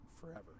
forever